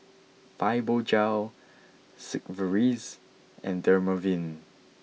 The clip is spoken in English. Fibogel Sigvaris and Dermaveen